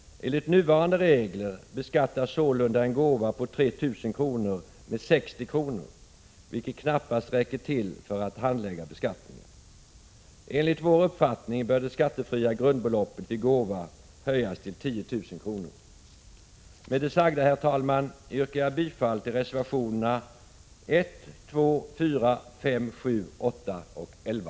Enligt nuvarande regler beskattas sålunda en gåva på 3 000 kr. med 60 kr., vilket knappast räcker till för att betala vad det kostar att handlägga beskattningen. Enligt vår uppfattning bör det skattefria grundbeloppet vid gåva höjas till 10 000 kr. Med det sagda yrkar jag, herr talman, bifall till reservationerna 1,2,4,5,7, 8 och 11.